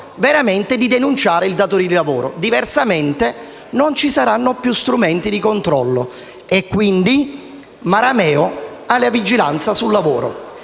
veramente libero di denunciare il datore di lavoro. Diversamente non ci saranno più strumenti di controllo. E, quindi, “marameo” alla vigilanza sul lavoro.